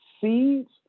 seeds